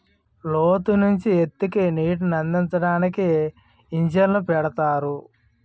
లోతు నుంచి ఎత్తుకి నీటినందించడానికి ఇంజన్లు పెడతారు